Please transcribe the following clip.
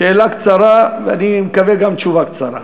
שאלה קצרה, ואני מקווה גם תשובה קצרה.